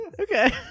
Okay